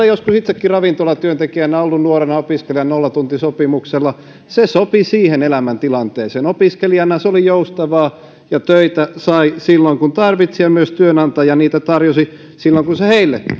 joskus itsekin ravintolatyöntekijänä ollut nuorena opiskelijana nollatuntisopimuksella ja se sopi siihen elämäntilanteeseen opiskelijana se oli joustavaa ja töitä sai silloin kun tarvitsi ja myös työnantaja niitä tarjosi silloin kun se heille